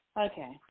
okay